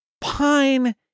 Pine